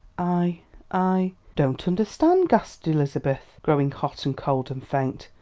i i don't understand, gasped elizabeth, growing hot and cold and faint,